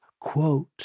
quote